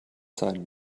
sein